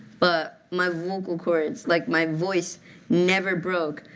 but my vocal cords, like, my voice never broke.